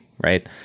right